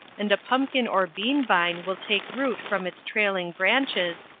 and a pumpkin or bean-vine will take root from its trailing branches,